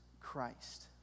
Christ